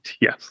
Yes